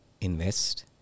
invest